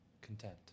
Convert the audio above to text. content